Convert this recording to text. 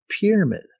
pyramid